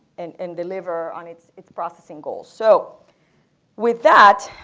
and and deliver on its its processing goals. so with that.